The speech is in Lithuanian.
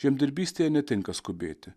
žemdirbystėje netinka skubėti